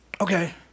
Okay